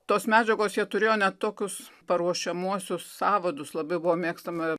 tos medžiagos jie turėjo ne tokius paruošiamuosius sąvadus labai buvo mėgstama